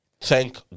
thank